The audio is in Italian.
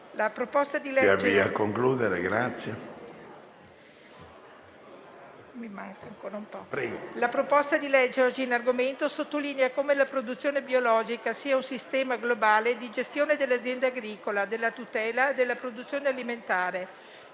La proposta di legge oggi in argomento sottolinea come la produzione biologica sia un sistema globale di gestione dell'azienda agricola e di tutela della produzione alimentare;